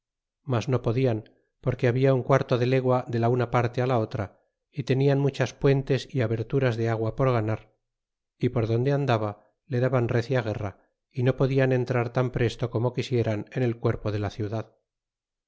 mas no podian porque habla un quarto de legua de la una parte á la otra y tenían muchas puentes y aberturas de agua por ganar y por donde andaba le daban recia guerra y no podian entrar tan presto como quisieran en el cuerpo de la ciudad